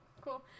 cool